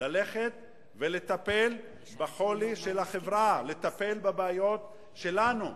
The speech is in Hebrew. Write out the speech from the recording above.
ללכת ולטפל בחולי של החברה, לטפל בבעיות שלנו,